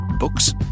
Books